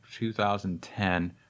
2010